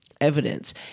evidence